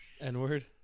N-word